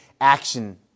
action